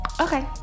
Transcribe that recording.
Okay